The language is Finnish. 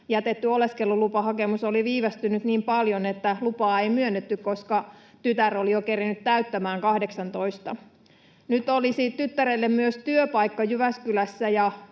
jätetty oleskelulupahakemus oli viivästynyt niin paljon, että lupaa ei myönnetty, koska tytär oli jo kerennyt täyttämään 18. Nyt olisi tyttärelle myös työpaikka Jyväskylässä,